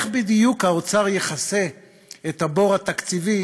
אבל איך בדיוק יכסה האוצר את הבור התקציבי